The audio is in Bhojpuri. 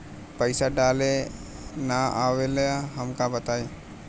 पईसा डाले ना आवेला हमका बताई?